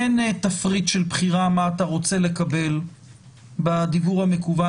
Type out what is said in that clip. אין תפריט של בחירה מה אתה רוצה לקבל בדיוור המקוון